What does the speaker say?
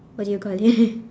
what do you call this